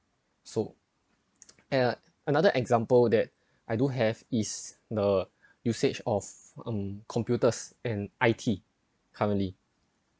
so uh another example that I do have is the usage of um computers and I_T currently